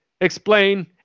explain